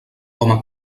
home